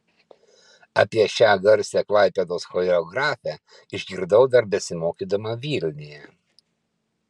apie šią garsią klaipėdos choreografę išgirdau dar besimokydama vilniuje